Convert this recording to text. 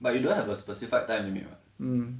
but you don't have a specified time limit [what]